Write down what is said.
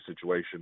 situation